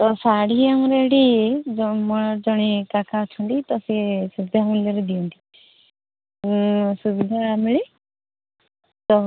ତ ଶାଢ଼ୀ ଆମର ଏଠି ମୋ ଜଣେ କାକା ଅଛନ୍ତି ତ ସେ ସୁବିଧା ମୂଲ୍ୟରେ ଦିଅନ୍ତି ସୁବିଧା ମିଳେ ତ